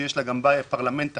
שיש לה גם פרלמנט תחתון,